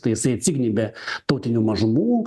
tai jisai atsignybė tautinių mažumų